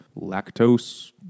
lactose